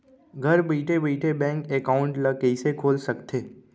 घर बइठे बइठे बैंक एकाउंट ल कइसे खोल सकथे?